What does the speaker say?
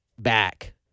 back